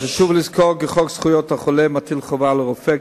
חשוב לזכור כי חוק זכויות החולה מטיל חובה על הרופא,